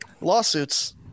lawsuits